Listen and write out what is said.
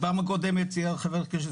בפעם הקודמת ציין חבר הכנסת